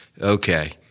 okay